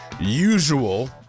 usual